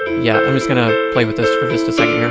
yeah, i'm just gonna play with this for just a second here.